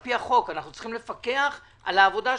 על פי החוק אנחנו צריכים לפקח על העבודה שלכם.